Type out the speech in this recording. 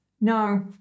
No